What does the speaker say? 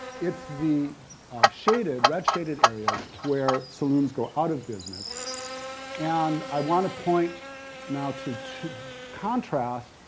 it's the shaded, red shaded area, where saloons go out of business and i wanna point now to two contrasts,